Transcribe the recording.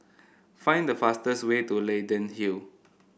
find the fastest way to Leyden Hill